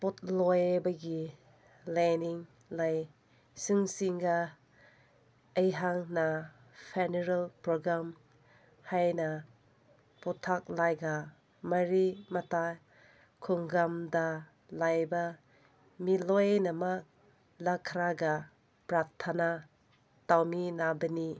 ꯄꯣꯠꯂꯣꯏꯕꯒꯤ ꯂꯥꯏꯅꯤꯡ ꯂꯩ ꯁꯤꯟꯁꯤꯡꯒ ꯑꯩꯍꯥꯛꯅ ꯐ꯭ꯌꯨꯅꯔꯦꯜ ꯄ꯭ꯔꯣꯒ꯭ꯔꯥꯝ ꯍꯥꯏꯅ ꯄꯧꯇꯥꯛ ꯅꯥꯏꯅ ꯃꯔꯤ ꯃꯇꯥ ꯈꯨꯡꯒꯪꯗ ꯂꯩꯕ ꯃꯤ ꯂꯣꯏꯅꯃꯛ ꯂꯥꯛꯈ꯭ꯔꯒ ꯄ꯭ꯔꯊꯅꯥ ꯇꯧꯃꯤꯟꯅꯕꯅꯤ